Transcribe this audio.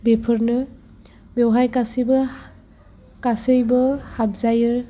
बेफोरनो बेवहाय गासैबो गासैबो हाबजायो